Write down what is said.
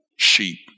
Sheep